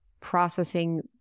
processing